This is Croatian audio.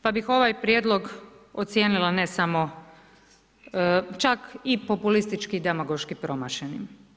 Pa bi ovaj prijedlog ocijenila ne samo čak i populistički demagoški promašen.